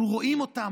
אנחנו רואים אותם.